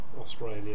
Australia